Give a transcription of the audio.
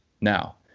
now